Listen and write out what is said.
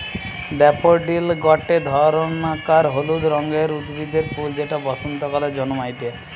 daffodil গটে ধরণকার হলুদ রঙের উদ্ভিদের ফুল যেটা বসন্তকালে জন্মাইটে